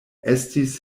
estis